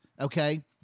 okay